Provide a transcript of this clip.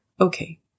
Okay